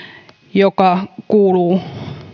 joka kuuluu